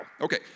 Okay